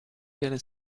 viene